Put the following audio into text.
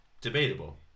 debatable